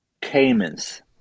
Caymans